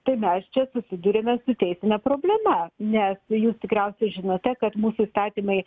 tai mes čia susiduriame su teisine problema ne jūs tikriausiai žinote kad mūsų įstatymai